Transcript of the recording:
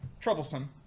troublesome